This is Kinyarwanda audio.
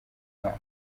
mwaka